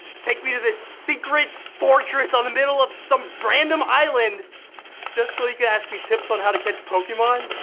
take me to this secret fortress on the middle of some random island just so you could ask me tips on how to catch pokemon?